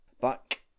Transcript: Back